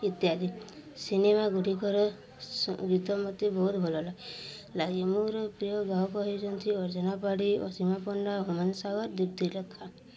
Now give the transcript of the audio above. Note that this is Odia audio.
ଇତ୍ୟାଦି ସିନେମା ଗୁଡ଼ିକର ଗୀତ ମୋତେ ବହୁତ ଭଲଲାଗେ ଲାଗେ ମୋର ପ୍ରିୟ ଗାୟକ ହେଉଛନ୍ତି ଅର୍ଚ୍ଚନା ପାଢ଼ୀ ଅସୀମା ପଣ୍ଡା ହୁମାନ୍ ସାଗର ଦୀପ୍ତି ଲେଖା